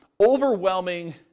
overwhelming